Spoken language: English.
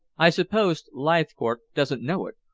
i suppose leithcourt doesn't know it,